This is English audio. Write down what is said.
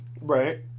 Right